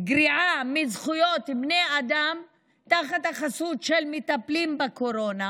גריעה מכל מיני זכויות אדם תחת החסות שמטפלים בקורונה,